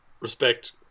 respect